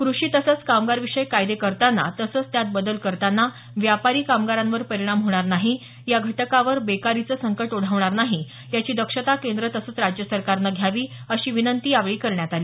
कृषी तसंच कामगार विषयक कायदे करताना तसंच त्यात बदल करताना व्यापारी कामगारांवर परिणाम होणार नाही या घटकावर बेकारीचे संकट ओढवणार नाही याची दक्षता केंद्र तसंच राज्य सरकारने घ्यावी अशी विनंती यावेळी करण्यात आली